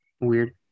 weird